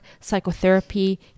psychotherapy